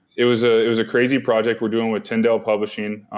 it was ah it was a crazy project, we're doing with tyndale publishing.